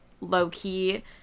low-key